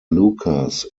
lucas